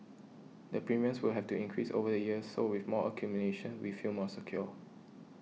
the premiums will have to increase over the years so with more accumulation we feel more secure